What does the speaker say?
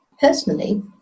Personally